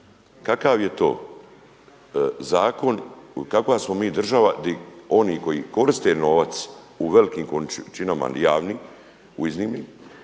kakav je to zakon kakva smo mi država gdje oni koji koriste novac u velikim količinama javni u …,